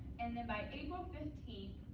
and then by april fifteen,